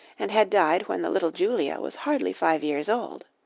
and had died when the little julia was hardly five years old.